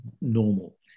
normal